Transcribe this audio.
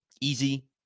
easy